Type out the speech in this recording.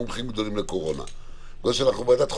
מומחים גדולים לקורונה אלא בגלל שאנחנו ועדת החוקה,